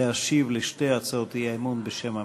להשיב על שתי הצעות האי-אמון בשם הממשלה.